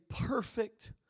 perfect